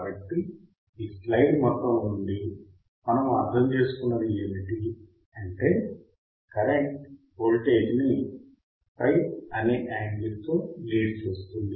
కాబట్టి ఈ స్లైడ్ మొత్తము నుండి మనము అర్థం చేసుకున్నది ఏమిటి అంటే కరెంట్ వోల్టేజ్ ని Phi యాంగిల్ తో లీడ్ చేస్తుంది